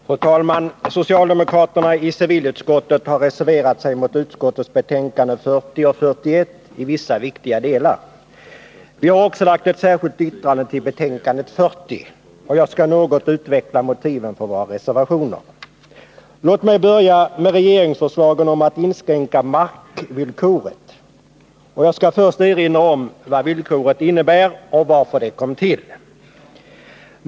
Fru talman! Socialdemokraterna i civilutskottet har reserverat sig mot utskottets betänkanden 40 och 41 i vissa viktiga delar. Vi har också lagt ett särskilt yttrande till betänkande 40. Jag skall något utveckla motiven för våra reservationer. Låt mig börja med regeringsförslagen om att inskränka markvillkoret. Jag skall först erinra om vad villkoret innebär och varför det kom till.